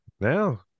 now